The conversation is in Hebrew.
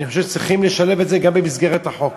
אני חושב שצריך לשלב את זה גם במסגרת החוק.